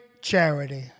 charity